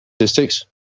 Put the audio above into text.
statistics